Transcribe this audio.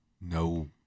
No